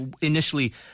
initially